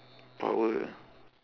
power